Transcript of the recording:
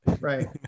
Right